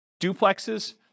duplexes